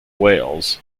wales